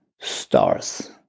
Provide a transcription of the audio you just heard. stars